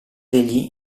degli